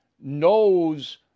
knows